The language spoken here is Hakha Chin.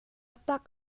tak